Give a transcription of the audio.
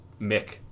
Mick